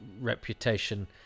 reputation